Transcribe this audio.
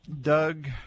Doug